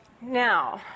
Now